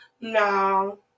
No